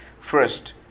first